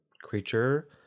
creature